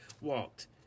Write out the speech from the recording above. walked